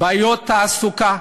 בעיות תעסוקה